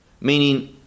meaning